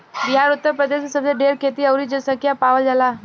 बिहार उतर प्रदेश मे सबसे ढेर खेती अउरी जनसँख्या पावल जाला